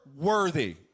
worthy